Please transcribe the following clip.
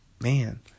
Man